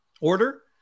order